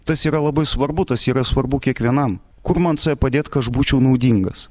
tas yra labai svarbu tas yra svarbu kiekvienam kur man save padėt ka aš būčiau naudingas